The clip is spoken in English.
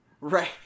Right